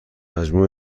مجموع